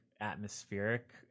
atmospheric